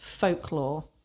folklore